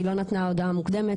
היא לא נתנה הודעה מוקדמת.